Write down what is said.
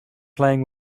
playing